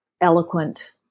eloquent